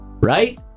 Right